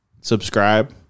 subscribe